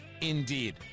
Indeed